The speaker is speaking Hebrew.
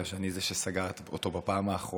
כי אני זה שסגרתי אותו בפעם האחרונה.